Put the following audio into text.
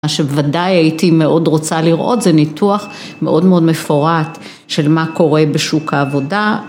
מה שוודאי הייתי מאוד רוצה לראות, זה ניתוח מאוד מאוד מפורט של מה קורה בשוק העבודה.